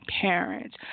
parents